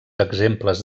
exemples